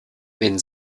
wenn